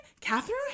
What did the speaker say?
Catherine